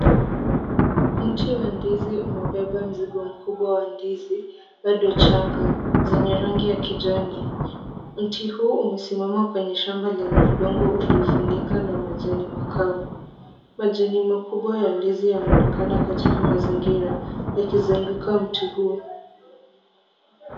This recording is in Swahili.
Mti wa ndizi umebeba mzigo mkubwa wa ndizi bado changa zenye rangi ya kijani. Mti huu umesimama kwenye shamba lenye udongo uliofunika na majani makavu. Majani makubwa ya ndizi yanaonekana katika mazingira yakizunguka mti huo.